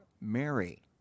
Mary